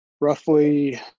roughly